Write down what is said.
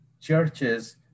churches